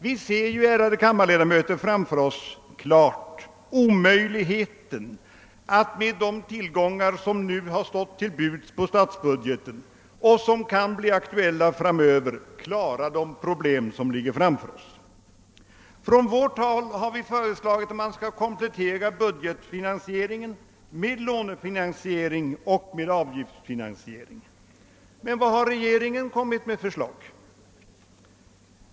Vi ser ju, ärade kammarledamöter, klart framför oss omöjligheten att med de tillgångar som nu har stått till buds på statsbudgeten och som framöver kan bli aktuella klara de problem som ligger framför OSS. Från vårt håll har föreslagits att man skall komplettera budgetfinansieringen med lånefinansiering och med avgiftsfinansiering. Men vilka förslag har regeringen framlagt?